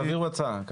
תעבירו לנו הצעה.